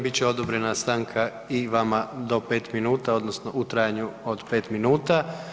Bit će odobrena stanka i vama do 5 minuta odnosno u trajanju od 5 minuta.